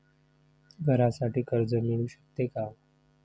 घरासाठी कर्ज मिळू शकते का?